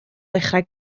ddechrau